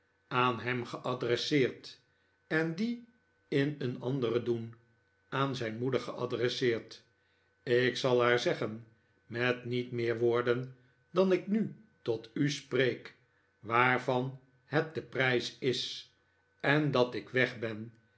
aan hem geadresseerd en dien in een anderen doen aan zijn moeder geadresseerd ik zal haar zeggen met niet meer woorden dan ik nu tot u spreek waarvan het de prijs is en dat ik weg ben